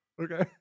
Okay